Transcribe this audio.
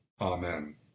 Amen